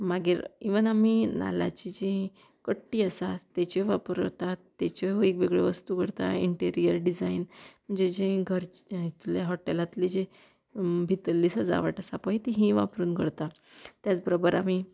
मागीर इवन आमी नाल्लाची जी कट्टी आसा तेच्यो वापर करतात तेच्यो वेगवेगळ्यो वस्तू करता इंटिरियर डिजायन म्हणजे जें घर इतले हॉटेलांतली जे भितरली सजावट आसा पळय ती ही वापरून करता त्याच बरोबर आमी